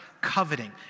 coveting